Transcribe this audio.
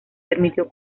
permitió